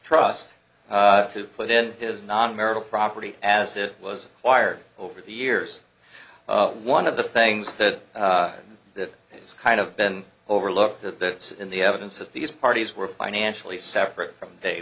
trust to put in his non marital property as it was acquired over the years one of the things that that has kind of been overlooked that in the evidence of these parties were financially separate from day